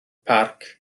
parc